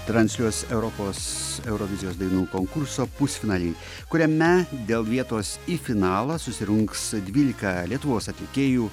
transliuos europos eurovizijos dainų konkurso pusfinalį kuriame dėl vietos į finalą susirungs dvylika lietuvos atlikėjų